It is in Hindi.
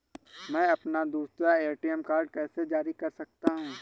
मैं अपना दूसरा ए.टी.एम कार्ड कैसे जारी कर सकता हूँ?